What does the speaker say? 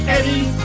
Eddie